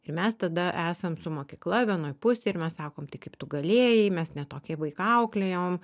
ir mes tada esam su mokykla vienoj pusėj ir mes sakom tai kaip tu galėjai mes ne tokį vaiką auklėjom